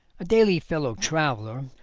a daily fellow-traveller,